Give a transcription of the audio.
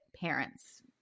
parents